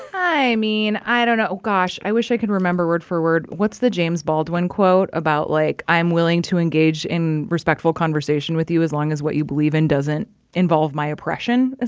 i mean, i don't know. oh, gosh, i wish i could remember word for word what's the james baldwin quote about, like, i'm willing to engage in respectful conversation with you as long as what you believe in doesn't involve my oppression, essentially?